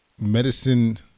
medicine